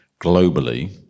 globally